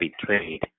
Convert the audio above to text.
betrayed